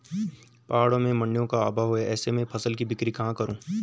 पहाड़ों में मडिंयों का अभाव है ऐसे में फसल की बिक्री कहाँ करूँ?